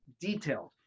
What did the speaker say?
Detailed